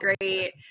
great